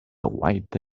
guaita